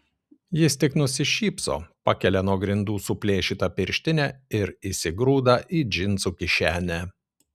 jis tik nusišypso pakelia nuo grindų suplėšytą pirštinę ir įsigrūda į džinsų kišenę